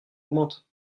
augmente